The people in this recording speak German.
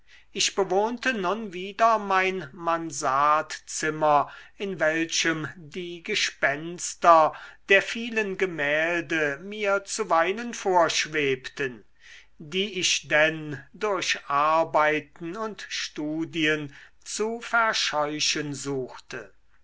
ich bewohnte nun wieder mein mansardzimmer in welchem die gespenster der vielen gemälde mir zuweilen vorschwebten die ich denn durch arbeiten und studien zu verscheuchen suchte